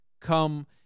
come